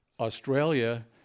Australia